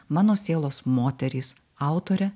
mano sielos moterys autore